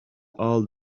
all